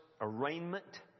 arraignment